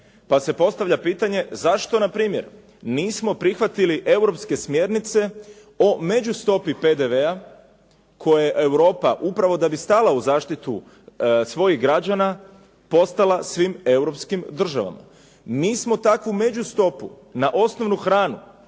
Pa se postavlja pitanje zašto na primjer nismo prihvatili europske smjernice o međustopi PDV-a koje Europa upravo da bi stala u zaštitu svojih građana postala svim europskim državama. Mi smo takvu međustopu na osnovnu hranu,